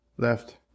Left